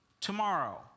Tomorrow